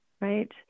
right